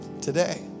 today